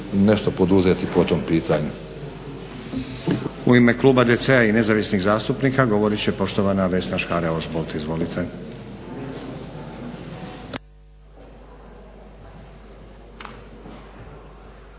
nešto poduzeti po tom pitanju.